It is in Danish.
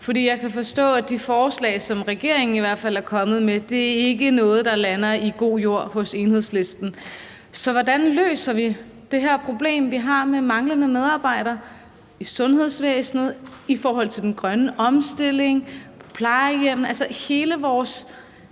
Jeg kan forstå, at de forslag, som regeringen i hvert fald er kommet med, ikke er noget, der falder i god jord hos Enhedslisten. Så hvordan løser vi det her problem, vi har, med manglende medarbejdere i sundhedsvæsenet, i forhold til den grønne omstilling og på plejehjemmene? Altså, hele vores